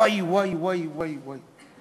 וואי, וואי, וואי, וואי.